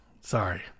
Sorry